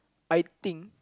I think